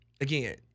again